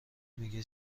میگه